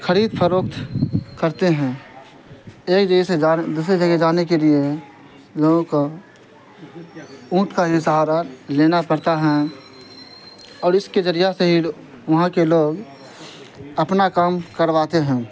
خرید فروخت کرتے ہیں ایک جگہ سے دوسری جگہ جانے کے لیے لوگوں کو اونٹ کا ہی سہارا لینا پڑتا ہیں اور اس کے ذریعہ سے ہی وہاں کے لوگ اپنا کام کرواتے ہیں